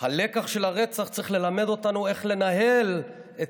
הלקח של הרצח צריך ללמד אותנו איך לנהל את